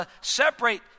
separate